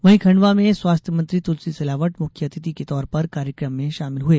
वहीं खंडवा में स्वास्थ्य मंत्री तुलसी सिलावट मुख्य अतिथि के तौर पर कार्यक्रम में शामिल हुए